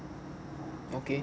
okay